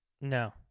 no